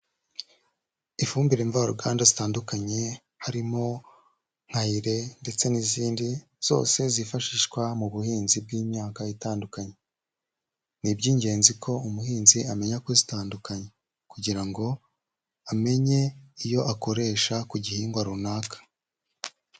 Ifumbire mvaruganda zitandukanye harimo nka ile ndetse n'izindi zose zifashishwa mu buhinzi bw'imyaka itandukanye. Ni iby'ingenzi ko umuhinzi amenya kuzitandukanya kugira ngo amenye iyo akoresha ku gihingwa runaka.